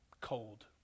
Cold